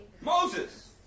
Moses